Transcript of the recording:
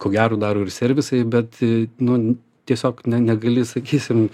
ko gero daro ir servisai bet nu tiesiog ne negali sakysim